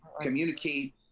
communicate